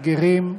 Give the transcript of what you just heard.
וגרים,